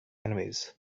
enemies